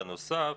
בנוסף,